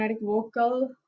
vocal